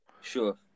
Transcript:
Sure